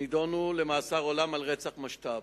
נידונו למאסר עולם על רצח משת"פ.